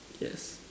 yes